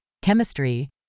chemistry